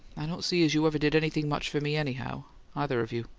i don't see as you ever did anything much for me, anyhow either of you.